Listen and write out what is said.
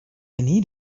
need